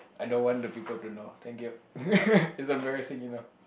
I don't want the people to know thank you it's embarrassing you know